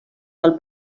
del